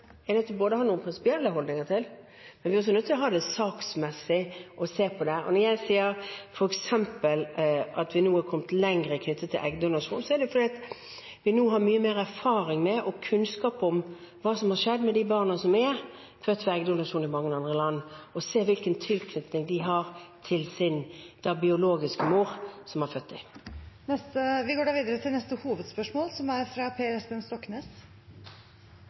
er nødt til å ha noen prinsipielle holdninger til, og vi er nødt til å se på det saksmessig. Når jeg f.eks. sier at vi er kommet lenger knyttet til eggdonasjon, er det fordi vi nå har mye mer erfaring med og kunnskap om hva som har skjedd med de barna som er født ved hjelp av eggdonasjon i mange andre land, og vi kan se hvilken tilknytning de har til sin biologiske mor som har født dem. Vi går videre til neste hovedspørsmål – fra Per Espen Stoknes.